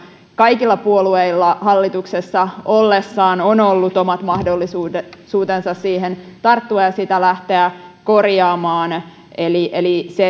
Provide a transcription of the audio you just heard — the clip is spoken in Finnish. kaikilla puolueilla on hallituksessa ollessaan ollut omat mahdollisuutensa siihen tarttua ja sitä lähteä korjaamaan eli eli se